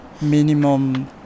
minimum